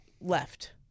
left